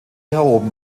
erhoben